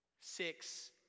six